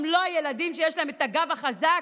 הם לא ילדים שיש להם את הגב החזק